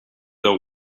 the